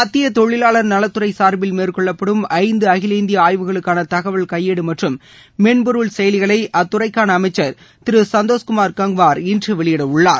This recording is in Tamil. மத்திய தொழிலாளர் நலத்துறை சார்பில் மேற்கொள்ளப்படும் ஐந்து அகில இந்திய ஆய்வுகளுக்கான தகவல் கையேடு மற்றும் மென்பொருள் செயலிகளை அத்துறைக்காள அமைச்சர் திரு சந்தோஷ்குமார் கங்குவார் இன்று வெளியிடவுள்ளார்